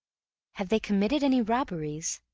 have they committed any robberies?